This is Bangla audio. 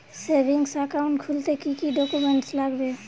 সেভিংস একাউন্ট খুলতে কি কি ডকুমেন্টস লাগবে?